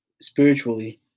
spiritually